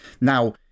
Now